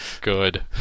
Good